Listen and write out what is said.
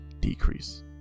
decrease